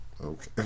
Okay